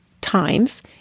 times